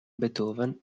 beethoven